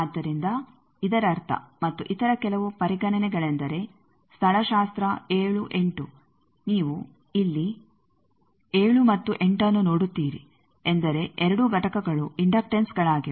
ಆದ್ದರಿಂದ ಇದರರ್ಥ ಮತ್ತು ಇತರ ಕೆಲವು ಪರಿಗಣನೆಗಳೆಂದರೆ ಸ್ಥಳಶಾಸ್ತ್ರ 78 ನೀವು ಇಲ್ಲಿ 7 ಮತ್ತು 8ಅನ್ನು ನೋಡುತ್ತೀರಿ ಎಂದರೆ ಎರಡೂ ಘಟಕಗಳು ಇಂಡಕ್ಟನ್ಸ್ಗಳಾಗಿವೆ